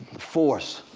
force